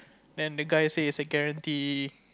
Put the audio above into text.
then the guy say it's a guarantee